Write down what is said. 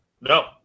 no